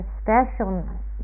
specialness